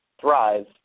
thrive